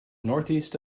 northeast